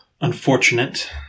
unfortunate